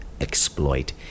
exploit